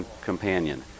companion